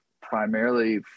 primarily